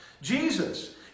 Jesus